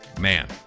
Man